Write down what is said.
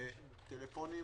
טלפונים